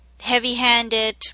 heavy-handed